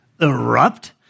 erupt